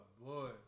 boy